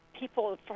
people